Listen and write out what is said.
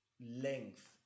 length